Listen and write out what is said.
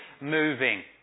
moving